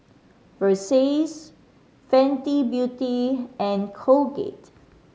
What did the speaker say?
Versace Fenty Beauty and Colgate